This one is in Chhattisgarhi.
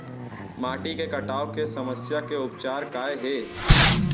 माटी के कटाव के समस्या के उपचार काय हे?